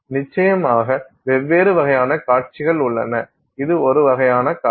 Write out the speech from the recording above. நிச்சயமாக வெவ்வேறு வகையான காட்சிகள் உள்ளன இது ஒரு வகையான காட்சி